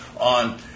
on